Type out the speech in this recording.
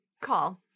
Call